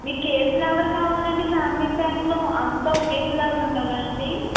మీకు ఏ ఫ్లేవర్ కావాలి అండి ఫ్యామిలీ ప్యాక్లో అంతా ఒకే ఫ్లేవర్ ఉండాలా అండి